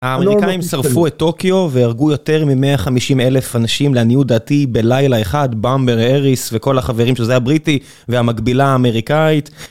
האמריקאים שרפו את טוקיו והרגו יותר מ-150,000 אנשים לעניות דעתי בלילה אחת, באמבר האריס וכל החברים של זה הבריטי והמקבילה האמריקאית.